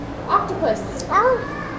Octopus